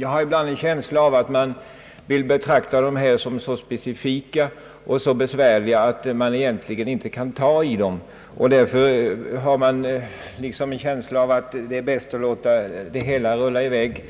Jag har ibland en känsla av att man vill betrakta dem som så specifika och så besvärliga att man egentligen inte kan ta i dem, utan att det är bäst att låta det hela rulla i väg